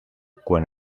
quan